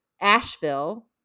Asheville